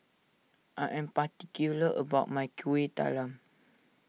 I am particular about my Kuih Talam